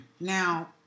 Now